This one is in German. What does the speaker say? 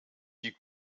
die